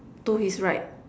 to his right